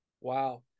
wow